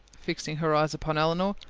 fixing her eyes upon elinor,